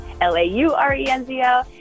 L-A-U-R-E-N-Z-O